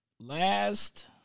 Last